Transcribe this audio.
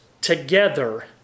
together